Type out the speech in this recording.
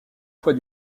fois